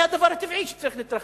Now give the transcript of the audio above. זה הדבר הטבעי שצריך להתרחש.